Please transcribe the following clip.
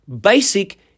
basic